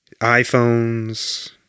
iPhones